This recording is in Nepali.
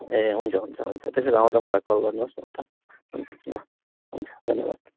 ए हुन्छ हुन्छ हुन्छ त्यसो भए आउँदा मलाई कल गर्नुहोस् न त हुन्छ ल हुन्छ धन्यवाद